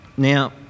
Now